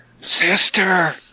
Sister